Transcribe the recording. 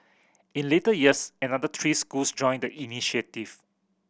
in later years another three schools joined the initiative